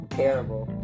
terrible